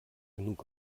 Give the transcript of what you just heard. genug